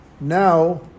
now